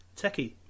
Techie